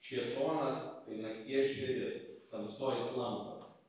šėtonas tai nakties žvėris tamsoj jis lankos